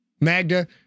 Magda